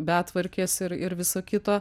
betvarkės ir ir viso kito